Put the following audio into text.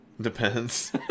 Depends